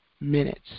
minutes